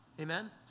Amen